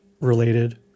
related